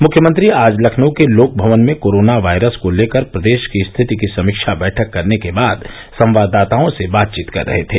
मुख्यमंत्री आज लखनऊ के लोकभवन में कोरोना वायरस को लेकर प्रदेश की स्थिति की समीक्षा बैठक करने के बाद संवाददाताओं से बातचीत कर रहे थे